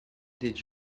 did